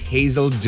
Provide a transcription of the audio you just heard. Hazel